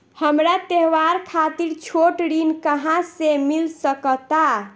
हमरा त्योहार खातिर छोट ऋण कहाँ से मिल सकता?